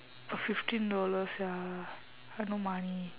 uh fifteen dollar sia I no money